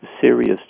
serious